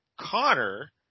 Connor